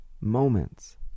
Moments